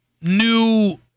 new